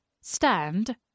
stand